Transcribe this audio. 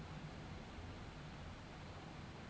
lock যদি পুরা দাম দিয়া লায় কিলে পেমেন্ট সুরক্ষা